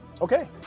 Okay